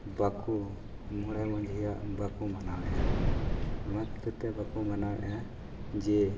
ᱵᱟᱠᱚ ᱢᱚᱬᱮ ᱢᱟᱺᱡᱷᱭᱟᱜ ᱵᱟᱠᱚ ᱢᱟᱱᱟᱣᱟᱭᱮᱫᱼᱟ ᱚᱱᱟ ᱠᱷᱟᱹᱛᱤᱨᱛᱮ ᱵᱟᱠᱚ ᱢᱟᱱᱟᱣᱮᱫᱼᱟ ᱡᱮ